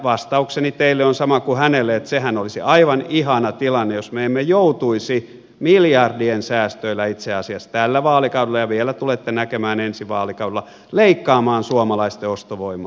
vastaukseni teille on sama kuin hänelle että sehän olisi aivan ihana tilanne jos me emme joutuisi miljardien säästöillä itse asiassa tällä vaalikaudella ja vielä tulette näkemään ensi vaalikaudella leikkaamaan suomalaisten ostovoimaa